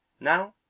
Now